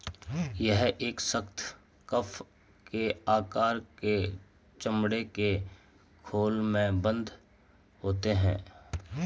यह एक सख्त, कप के आकार के चमड़े के खोल में बन्द होते हैं